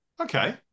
Okay